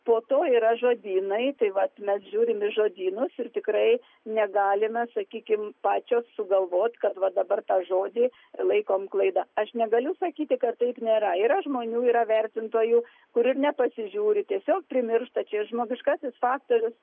po to yra žodynai tai vat mes žiūrim į žodynus ir tikrai negalime sakykim pačios sugalvot kad va dabar tą žodį laikom klaida aš negaliu sakyti kad taip nėra yra žmonių yra vertintojų kur ir nepasižiūri tiesiog primiršta čia ir žmogiškasis faktorius